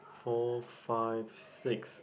four five six